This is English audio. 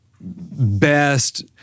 best